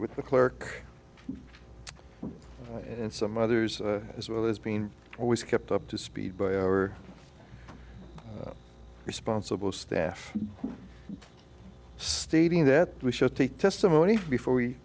with the clerk and some others as well as being always kept up to speed by our responsible staff stating that we should take testimony before we